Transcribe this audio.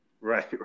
Right